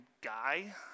guy